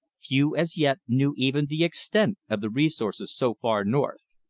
few as yet knew even the extent of the resources so far north.